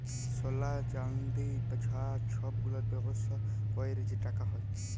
সলা, চাল্দি, চাঁ ছব গুলার ব্যবসা ক্যইরে যে টাকা হ্যয়